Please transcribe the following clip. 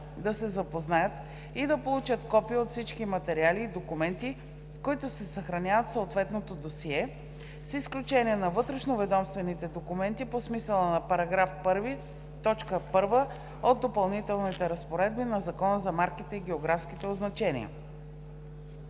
да се запознаят и да получат копия от всички материали и документи, които се съхраняват в съответното досие, с изключение на вътрешноведомствените документи по смисъла на § 1, т. 1 от Допълнителните разпоредби на Закона за марките и географските означения.